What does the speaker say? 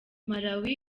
malawi